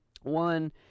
One